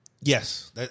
Yes